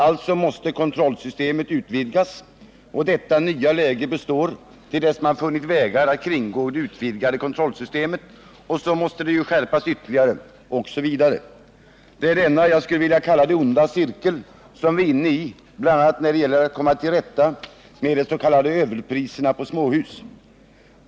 Alltså måste kontrollsystemet utvidgas, och det nya läget består till dess man funnit vägar att kringgå det utvidgade kontrollsystemet, och då måste det ju skärpas ytterligare osv. Det är denna — jag skulle vilja kalla det ”onda cirkel” — som vi är inne i bl.a. när det gäller att komma till rätta med de s.k. överpriserna på småhus.